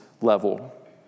level